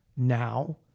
Now